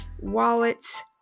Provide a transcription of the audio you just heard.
wallets